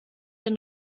den